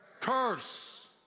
curse